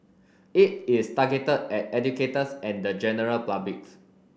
it is targeted at educators at the general public